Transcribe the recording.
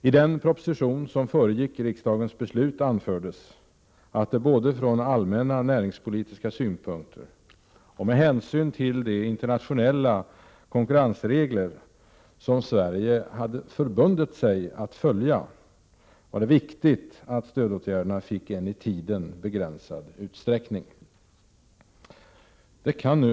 I den proposition som föregick riksdagens beslut anfördes att det både från allmän näringspolitisk synpunkt och med hänsyn till de internationella konkurrensregler som Sverige hade förbundit sig att följa var viktigt att stödåtgärderna fick en i tiden begränsad utsträckning. Herr talman!